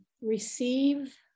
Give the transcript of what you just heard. receive